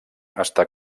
està